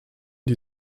die